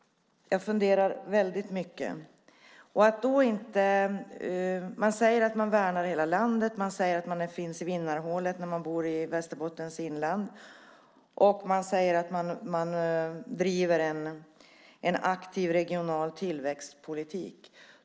Jag funderar väldigt mycket. Man säger att man värnar hela landet. Man säger att människor finns i vinnarhålet om de bor i Västerbottens inland. Man säger att man driver en aktiv regional tillväxtpolitik.